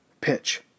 pitch